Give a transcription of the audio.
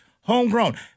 homegrown